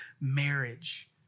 marriage